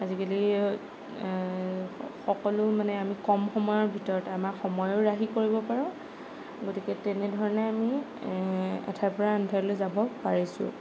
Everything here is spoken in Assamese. আজিকালি সকলো মানে আমি কম সময়ৰ ভিতৰতে আমাক সময়ৰো ৰাহি কৰিব পাৰোঁ গতিকে তেনেধৰণে আমি এঠাইৰপৰা আন এঠাইলৈ যাব পাৰিছোঁ